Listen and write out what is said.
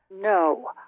No